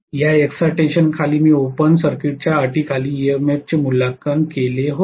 या इक्साइटेशन खाली मी ओपेन सर्किट च्या अटीखाली ईएमएफचे मूल्यांकन केले होते